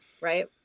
right